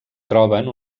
troben